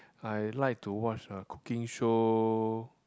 I like to watch uh cooking show